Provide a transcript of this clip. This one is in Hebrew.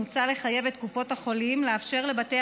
מוצע לחייב את קופות החולים לאפשר לבתי